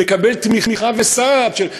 לקבל תמיכה וסעד.